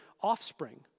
offspring